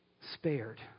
spared